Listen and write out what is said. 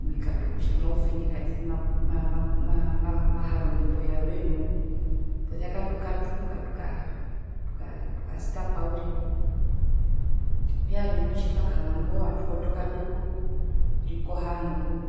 Omikato kutja mauvene katiti ma ma mahare ombepo yarwe noo posia katuka tupuka tuka tuka tukastapa uriri, vyarwe noho tjitwakaza ngo atukotoka atuye kuyekurikoha noku